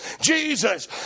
Jesus